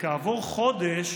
וכעבור חודש,